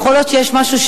יכול להיות שיש משהו,